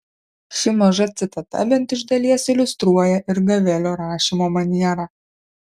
ši maža citata bent iš dalies iliustruoja ir gavelio rašymo manierą